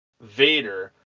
Vader